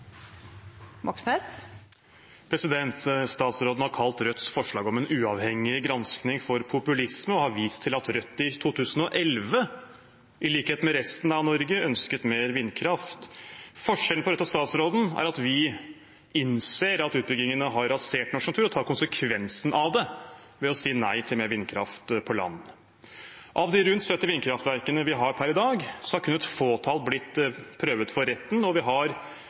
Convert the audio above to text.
Statsråden har kalt Rødts forslag om en uavhengig gransking for populisme og har vist til at Rødt i 2011, i likhet med resten av Norge, ønsket mer vindkraft. Forskjellen på Rødt og statsråden er at vi innser at utbyggingene har rasert norsk natur, og tar konsekvensen av det ved å si nei til mer vindkraft på land. Av de rundt 70 vindkraftverkene vi har per i dag, har kun et fåtall blitt prøvd for retten, og vi har